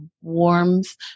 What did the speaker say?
warmth